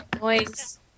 Noise